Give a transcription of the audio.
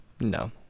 No